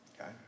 Okay